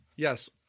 Yes